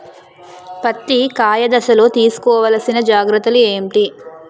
పత్తి కాయ దశ లొ తీసుకోవల్సిన జాగ్రత్తలు ఏంటి?